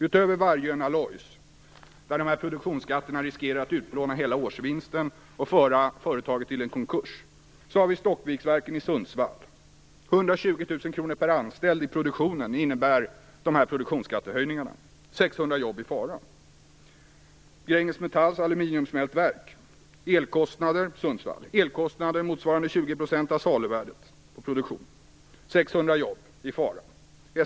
Utöver Vargön Alloys, där produktionsskatterna riskerar att utplåna hela årsvinsten och föra företaget i konkurs, finns Stoppviksverken i Sundsvall, där produktionsskattehöjningarna innebär 120 000 kr per anställd i produktionen och 600 jobb i fara. Gränges Metalls aluminiumsmältverk i Sundsvall har elkostnader motsvarande 20 % av saluvärdet på produktionen. 600 jobb är i fara.